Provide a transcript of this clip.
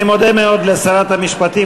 אני מודה מאוד לשרת המשפטים,